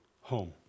home